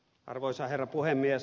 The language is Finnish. arvoisa herra puhemies